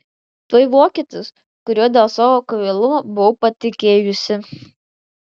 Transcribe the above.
tai vokietis kuriuo dėl savo kvailumo buvau patikėjusi